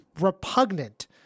repugnant